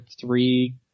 three